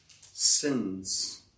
sins